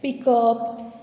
pickup